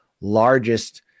largest